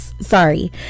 Sorry